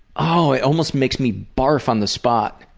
oh, it almost makes me barf on the spot.